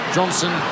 Johnson